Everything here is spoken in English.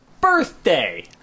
Birthday